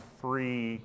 free